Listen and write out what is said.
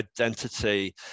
identity